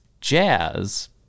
jazz